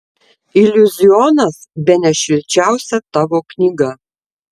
iliuzionas bene šilčiausia tavo knyga